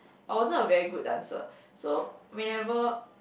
I wasn't a very good dancer so whenever